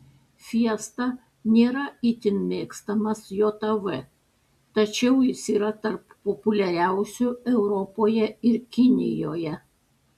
fiesta nėra itin mėgstamas jav tačiau jis yra tarp populiariausių europoje ir kinijoje